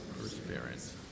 perseverance